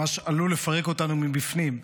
וממש עלול לפרק אותנו בפנים.